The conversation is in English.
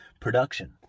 production